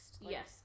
Yes